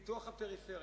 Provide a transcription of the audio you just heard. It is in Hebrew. פיתוח הפריפריה.